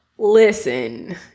Listen